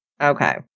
Okay